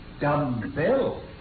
Dumbbell